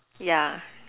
yeah